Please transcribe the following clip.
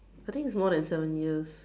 I think it's more than seven years